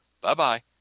Bye-bye